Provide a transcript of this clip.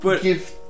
give